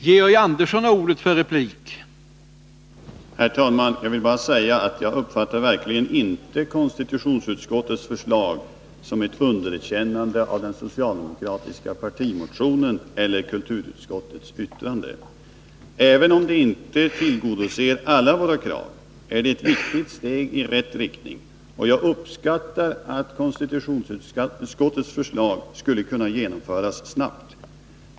Herr talman! Jag vill bara säga att jag verkligen inte uppfattar konstitutionsutskottets förslag som ett underkännande av den socialdemokratiska partimotionen eller kulturutskottets yttrande. Även om det inte tillgodoser alla våra krav är det ett viktigt steg i rätt riktning. Jag uppskattar att konstitutionsutskottets förslag skulle kunna genomföras snabbt.